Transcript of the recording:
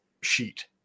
sheet